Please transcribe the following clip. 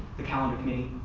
the calendar committee.